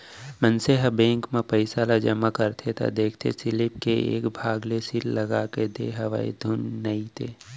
मनसे मन ह बेंक म पइसा ल जमा करथे त देखथे सीलिप के एक भाग ल सील लगाके देय हवय के धुन नइते